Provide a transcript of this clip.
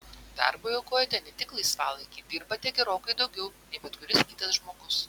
darbui aukojate net tik laisvalaikį dirbate gerokai daugiau nei bet kuris kitas žmogus